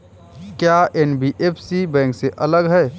क्या NBFC bank से अलग है?